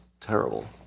Terrible